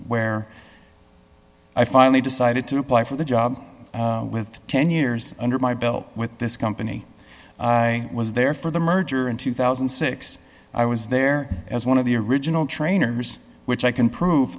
where i finally decided to apply for the job with ten years under my belt with this company i was there for the merger in two thousand and six i was there as one of the original trainers which i can prove